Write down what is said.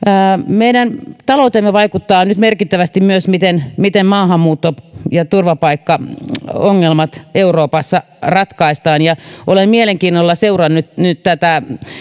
meidän talouteemme vaikuttaa nyt merkittävästi myös se miten maahanmuutto ja turvapaikkaongelmat euroopassa ratkaistaan olen mielenkiinnolla seurannut tätä